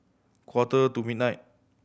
quarter to midnight